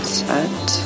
set